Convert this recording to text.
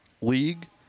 league